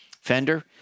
fender